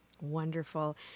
Wonderful